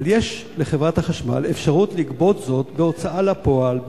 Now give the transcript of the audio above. אבל יש לחברת החשמל אפשרות לגבות זאת בהוצאה לפועל,